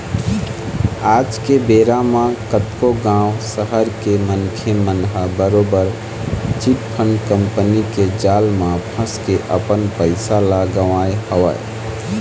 आज के बेरा म कतको गाँव, सहर के मनखे मन ह बरोबर चिटफंड कंपनी के जाल म फंस के अपन पइसा ल गवाए हवय